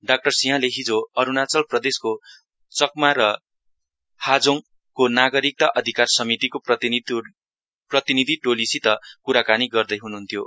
doctor Singh हिजो अरूणाचल प्रदेशको चकमा र हाजोङको नागरिकता अधिकार समितिको प्रतिनिधि टोलिसित क्राकानी गर्दै हनुहन्थ्यो